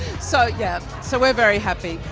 so yeah, so we're very happy.